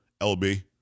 LB